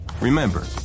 Remember